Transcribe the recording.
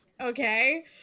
okay